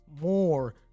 more